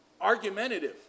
argumentative